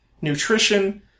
nutrition